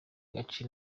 gace